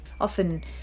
Often